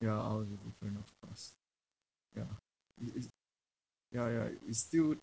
ya all the different of course ya it's it's ya ya it's still